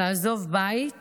לעזוב בית